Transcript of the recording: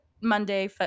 monday